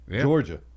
Georgia